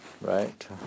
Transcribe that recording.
right